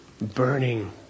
burning